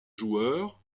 joueur